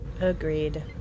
Agreed